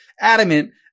adamant